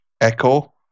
echo